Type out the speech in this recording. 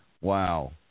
Wow